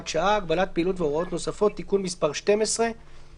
שעה) (הגבלת פעילות והוראות נוספות) (תיקון מס' 12) (תיקון),